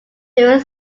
during